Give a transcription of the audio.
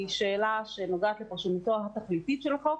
היא שאלה שנוגעת לפרשנותו התכליתית של החוק,